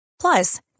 Plus